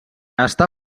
està